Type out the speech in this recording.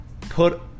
put